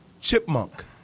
chipmunk